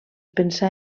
pensar